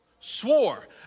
Swore